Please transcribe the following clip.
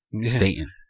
Satan